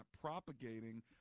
propagating